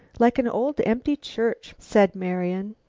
like an old, empty church, said marian.